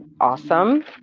awesome